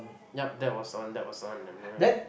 yup that was one that was one the one